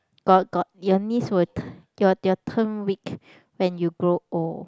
got got your knees will they they will turn weak when you grow old